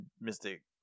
Mystic